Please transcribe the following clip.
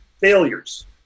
failures